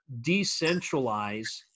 decentralize